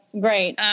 great